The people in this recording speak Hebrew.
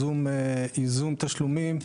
ייזום תשלומים,